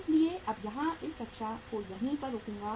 इसलिए मैं यहां इस कक्षा को यही पर रुकूंगा